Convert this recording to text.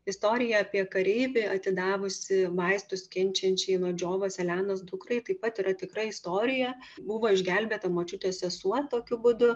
istorija apie kareivį atidavusį vaistus kenčiančiai nuo džiovos elenos dukrai taip pat yra tikra istorija buvo išgelbėta močiutės sesuo tokiu būdu